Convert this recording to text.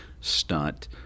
stunt